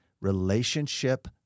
relationship